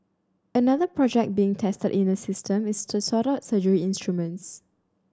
another project being tested is a system to sort out surgery instruments